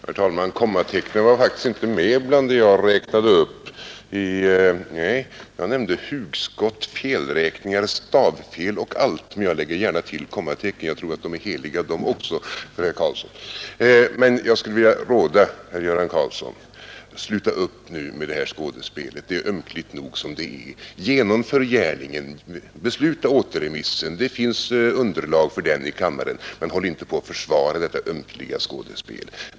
Herr talman! Kommatecknen var faktiskt inte med bland det som jag räknade upp. Jag nämnde hugskott, felräkningar, stavfel och allt, men jag lägger gärna till kommatecknen. Jag tror att också de är heliga för herr Karlsson i Huskvarna. Men jag skulle vilja råda herr Göran Karlsson att sluta upp med det här skådespelet. Det är ömkligt nog som det är. Genomför gärningen! Besluta återremissen! Det finns underlag för den i kammaren, men håll inte på att försvara detta ömkliga skådespel.